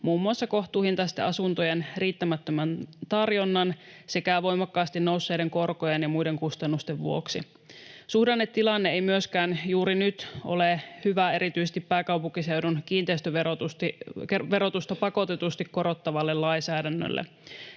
kohtuuhintaisten asuntojen riittämättömän tarjonnan sekä voimakkaasti nousseiden korkojen ja muiden kustannusten vuoksi. Suhdannetilanne ei myöskään juuri nyt ole hyvä erityisesti pääkaupunkiseudun kiinteistöverotusta pakotetusti korottavalle lainsäädännölle.